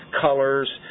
colors